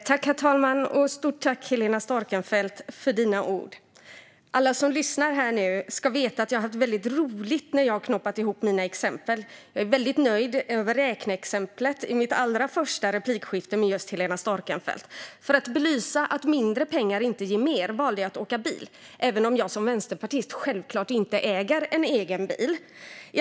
Herr talman! Stort tack, Helena Storckenfeldt, för dina ord! Alla som lyssnar här nu ska veta att jag har haft väldigt roligt när jag har knåpat ihop mina exempel. Jag är väldigt nöjd med räkneexemplet i mitt allra första replikskifte med just Helena Storckenfeldt. För att belysa att mindre pengar inte ger mer valde jag att åka bil, även om jag som vänsterpartist självklart inte äger en egen bil.